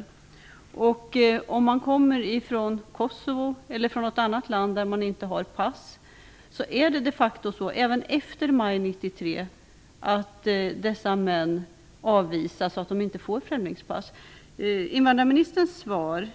Det är de facto så, att män som kommer från Kosovo eller från något annat land där man inte har pass även efter maj 1993 avvisas därför att de inte får främlingspass. Invandrarministerns svar